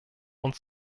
und